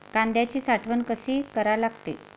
कांद्याची साठवन कसी करा लागते?